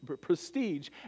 prestige